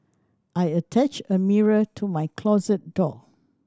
I attached a mirror to my closet door